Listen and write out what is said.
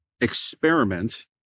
experiment